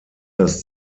das